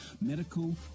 medical